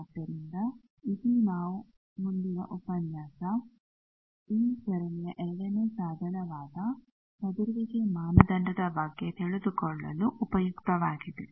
ಆದ್ದರಿಂದ ಇದು ನಾವು ಮುಂದಿನ ಉಪನ್ಯಾಸ ಈ ಸರಣಿಯ ಎರಡನೇ ಸಾಧನವಾದ ಚದುರುವಿಕೆ ಮಾನದಂಡದ ಬಗ್ಗೆ ತಿಳಿದುಕೊಳ್ಳಲು ಉಪಯುಕ್ತವಾಗಿದೆ